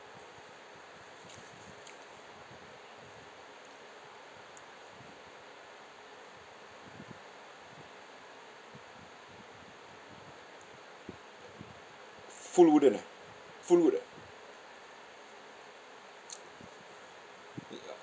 full wooden ah full wood ah